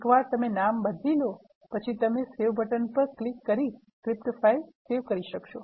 એકવાર તમે નામ બદલી લો પછી તમે સેવ બટન પર ક્લિક કરી સ્ક્રિપ્ટ ફાઇલ સેવ થશે